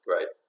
Right